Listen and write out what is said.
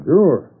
Sure